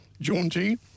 jaunty